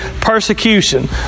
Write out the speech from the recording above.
Persecution